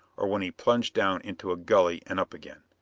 or when he plunged down into a gully and up again.